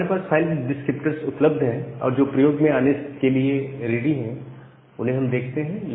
जो हमारे पास फाइल डिस्क्रिप्टर्स उपलब्ध हैं और जो प्रयोग में आने के लिए रेडी हो हम उन्हें देखते हैं